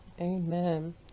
Amen